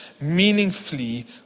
meaningfully